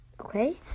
Okay